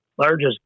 largest